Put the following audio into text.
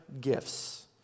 gifts